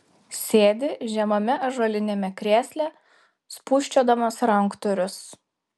sėdi žemame ąžuoliniame krėsle spūsčiodamas ranktūrius